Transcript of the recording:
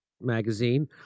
magazine